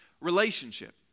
relationship